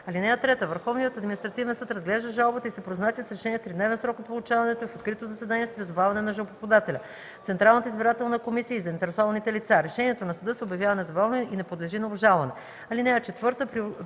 адрес. (3) Върховният административен съд разглежда жалбата и се произнася с решение в тридневен срок от получаването й в открито заседание с призоваване на жалбоподателя, Централната избирателна комисия и заинтересованите лица. Решението на съда се обявява незабавно и не подлежи на обжалване.